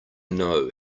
know